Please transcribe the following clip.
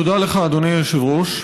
תודה לך, אדוני היושב-ראש.